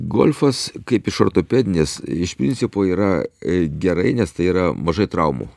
golfas kaip iš ortopedinės iš principo yra gerai nes tai yra mažai traumų